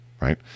right